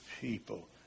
people